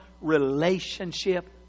relationship